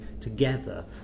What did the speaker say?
together